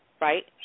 right